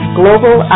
global